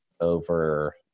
over